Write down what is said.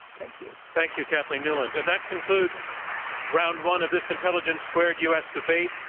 thank you. thank you, kathleen newland. and that concludes round one of this intelligence squared u. s. debate,